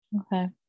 Okay